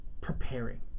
preparing